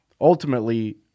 ultimately